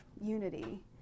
unity